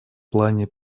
плане